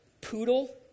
poodle